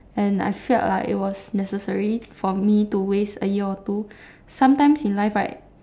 and I felt like it was necessary for me to waste a year or two sometimes in life right